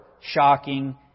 shocking